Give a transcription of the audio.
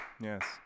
yes